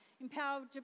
...empowered